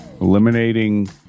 eliminating